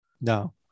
no